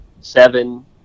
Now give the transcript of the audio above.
seven